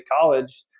college